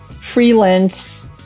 freelance